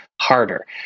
harder